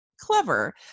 clever